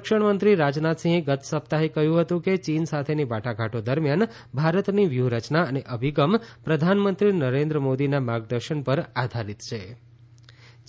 સંરક્ષણમંત્રી રાજનાથસિંહે ગત સપ્તાહે કહ્યું હતું કે ચીન સાથેની વાટાઘાટો દરમિયાન ભારતની વ્યૂહરચના અને અભિગમ પ્રધાનમંત્રી નરેન્દ્ર મોદીના માર્ગદર્શન પર આધારિત છે